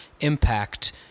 impact